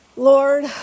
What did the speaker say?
Lord